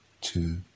two